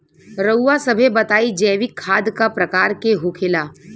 रउआ सभे बताई जैविक खाद क प्रकार के होखेला?